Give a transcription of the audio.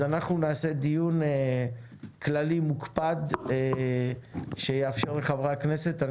אז אנחנו נעשה דיון כללי מוקפד שיאפשר לחברי הכנסת לדבר.